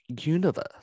universe